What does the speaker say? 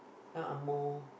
angmoh